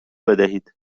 بدهید